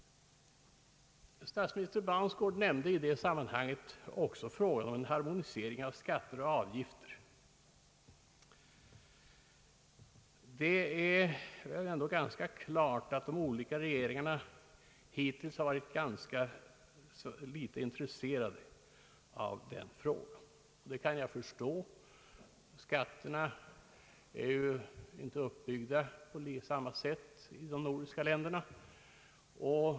Statsminister Baunsgaard tog vid samma tillfälle också upp frågan om en harmoniering av skatter och avgifter. Det står väl ganska klart att de olika regeringarna hittills har varit föga intresserade av denna fråga. Och det kan jag förstå, eftersom skatterna inte är uppbyggda på samma sätt i de nordiska länderna.